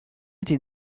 été